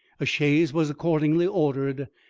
a chaise was accordingly ordered,